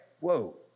Whoa